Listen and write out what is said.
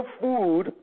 food